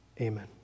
Amen